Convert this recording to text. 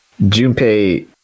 Junpei